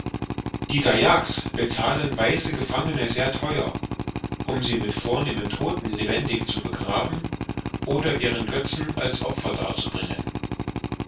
die dayaks bezahlen weiße gefangene sehr theuer um sie mit vornehmen todten lebendig zu begraben oder ihren götzen als opfer darzubringen